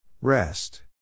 Rest